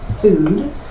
food